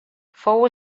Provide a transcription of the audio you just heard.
fou